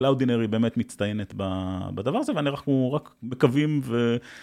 לאודינרי באמת מצטיינת בדבר הזה ואנחנו רק מקווים ו...